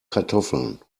kartoffeln